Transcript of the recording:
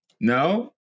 No